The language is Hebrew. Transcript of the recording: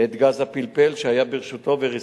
ואני